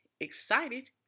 excited